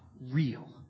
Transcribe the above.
real